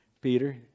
Peter